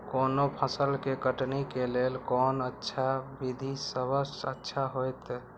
कोनो फसल के कटनी के लेल कोन अच्छा विधि सबसँ अच्छा होयत?